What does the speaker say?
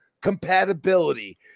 compatibility